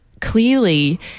clearly